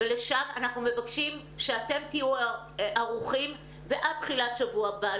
-- ולשם אנחנו מבקשים שאתם תהיו ערוכים ועד תחילת שבוע הבא,